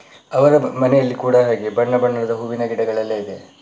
ಅವರ ಮನೆಯಲ್ಲಿ ಕೂಡ ಹಾಗೆ ಬಣ್ಣ ಬಣ್ಣದ ಹೂವಿನ ಗಿಡಗಳೆಲ್ಲಇದೆ